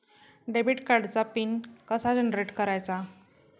Debit कार्डचा PIN कसा generate करायचा?